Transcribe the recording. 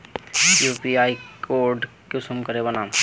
UPI code कुंसम करे बनाम?